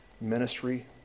ministry